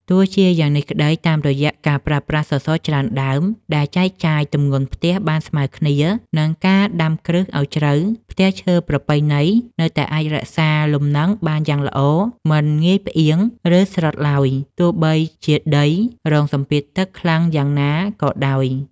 ទោះជាយ៉ាងនេះក្ដី តាមរយៈការប្រើប្រាស់សសរច្រើនដើមដែលចែកចាយទម្ងន់ផ្ទះបានស្មើគ្នា និងការដាំគ្រឹះឱ្យជ្រៅ ផ្ទះឈើប្រពៃណីនៅតែអាចរក្សាលំនឹងបានយ៉ាងល្អ មិនងាយផ្អៀង ឬស្រុតឡើយ ទោះបីជាដីរងសម្ពាធទឹកខ្លាំងយ៉ាងណាក៏ដោយ។